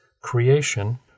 creation